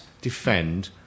defend